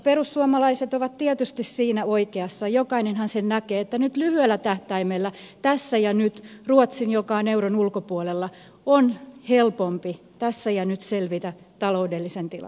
perussuomalaiset ovat tietysti siinä oikeassa jokainenhan sen näkee että nyt lyhyellä tähtäimellä tässä ja nyt ruotsin joka on euron ulkopuolella on helpompi tässä ja nyt selvitä tästä taloudellisesta tilanteesta